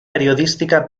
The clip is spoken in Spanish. periodística